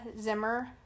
Zimmer